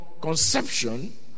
conception